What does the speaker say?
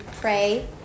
pray